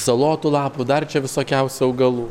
salotų lapų dar čia visokiausių augalų